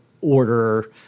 order